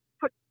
put